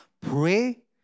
Pray